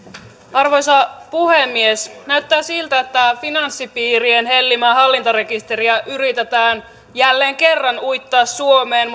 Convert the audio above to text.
arvoisa puhemies näyttää siltä että finanssipiirien hellimää hallintarekisteriä yritetään jälleen kerran uittaa suomeen